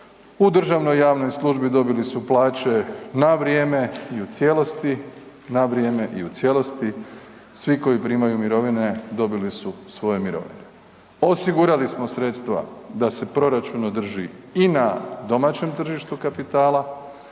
u državnoj i javnoj službi dobili su plaće na vrijeme i u cijelosti, na vrijeme i u cijelosti, svi koji primaju mirovine dobili su svoje mirovine. Osigurali smo sredstva da se proračun održi i na domaćem tržištu kapitala,